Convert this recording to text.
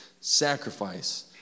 sacrifice